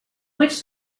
which